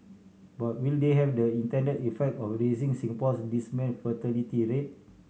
but will they have the intended effect of raising Singapore's dismal fertility rate